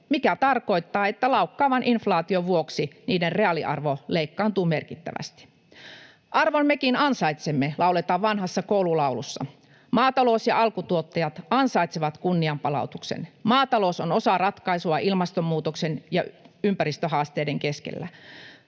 mikä tarkoittaa, että laukkaavan inflaation vuoksi niiden reaaliarvo leikkaantuu merkittävästi. ”Arvon mekin ansaitsemme”, lauletaan vanhassa koululaulussa. Maatalous ja alkutuottajat ansaitsevat kunnianpalautuksen. Maatalous on osa ratkaisua ilmastonmuutoksen ja ympäristöhaasteiden keskellä.